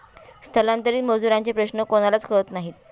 स्थलांतरित मजुरांचे प्रश्न कोणालाच कळत नाही